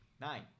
Nine